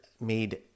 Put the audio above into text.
made